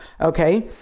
okay